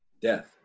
death